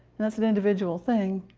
that's an individual thing,